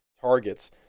targets